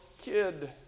kid